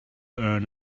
earn